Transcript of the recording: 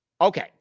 Okay